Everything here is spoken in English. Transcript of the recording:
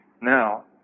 Now